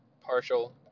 partial